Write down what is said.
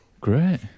Great